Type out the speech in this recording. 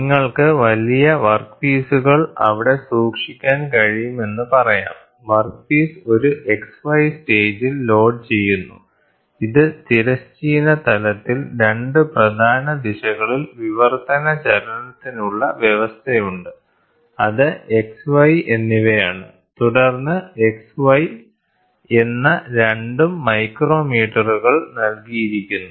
നിങ്ങൾക്ക് വലിയ വർക്ക്പീസുകൾ അവിടെ സൂക്ഷിക്കാൻ കഴിയുമെന്ന് പറയാം വർക്ക്പീസ് ഒരു XY സ്റ്റേജിൽ ലോഡുചെയ്യുന്നു ഇത് തിരശ്ചീന തലത്തിൽ 2 പ്രധാന ദിശകളിൽ വിവർത്തന ചലനത്തിനുള്ള വ്യവസ്ഥയുണ്ട് അത് XY എന്നിവയാണ് തുടർന്ന് XY എന്ന രണ്ടും മൈക്രോമീറ്ററുകൾ നൽകിയിരിക്കുന്നു